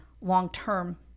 long-term